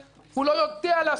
הוא לא יודע לעשות את זה.